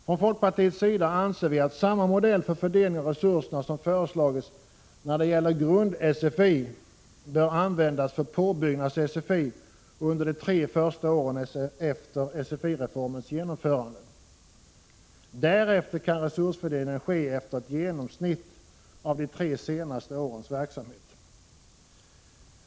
Från folkpartiets sida anser vi att samma modell för fördelning av resurserna som föreslagits när det gäller grund-sfi bör användas för påbyggnads-sfi under de tre första åren efter sfi-reformens genomförande. Därefter kan resursfördelningen ske efter ett genomsnitt av de tre senaste årens verksamhet.